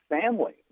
family